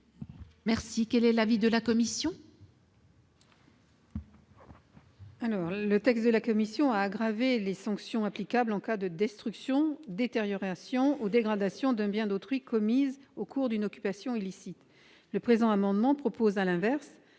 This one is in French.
autrui. Quel est l'avis de la commission ?